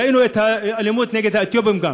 ראינו גם את האלימות נגד האתיופים.